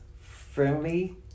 friendly